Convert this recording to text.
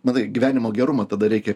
matai gyvenimo gerumą tada reikia